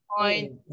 point